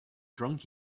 drunk